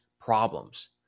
problems